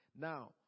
Now